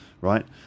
right